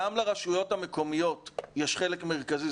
גם לרשויות המקומיות יש חלק מרכזי,